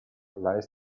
lies